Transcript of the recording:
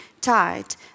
tied